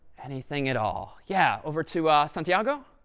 anything at all? yeah, over to santiago.